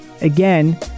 again